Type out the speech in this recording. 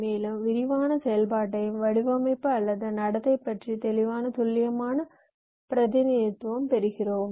மேலும் விரிவான செயல்பாட்டையும் வடிவமைப்பு அல்லது நடத்தை பற்றிய தெளிவான துல்லியமான பிரதிநிதித்துவம் பெறுகிறோம்